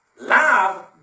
Love